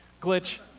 Glitch